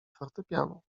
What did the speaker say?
fortepianu